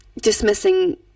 dismissing